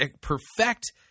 perfect